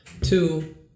Two